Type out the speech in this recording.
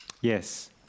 Yes